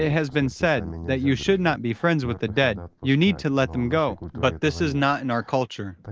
ah has been said that you should not be friends with the dead, you need to let them go. but this is not in our culture,